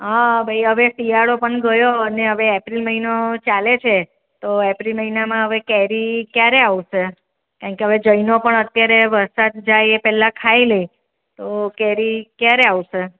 હા ભાઈ હવે શિયાળો પણ ગયો હવે એપ્રિલ મહિનો ચાલે છે તો એપ્રિલ મહિનામાં કેરી ક્યારે આવશે કારણ કે જૈનો પણ અત્યારે વરસાદ જાય એ પહેલાં ખાઈ લે તો કેરી ક્યારે આવશે